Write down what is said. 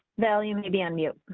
value to be on mute.